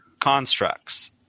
constructs